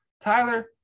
Tyler